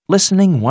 Listening